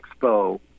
Expo